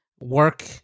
work